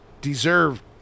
deserve